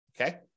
okay